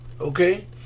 okay